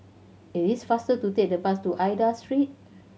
it is faster to take the bus to Aida Street